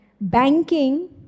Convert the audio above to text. banking